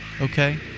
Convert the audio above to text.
okay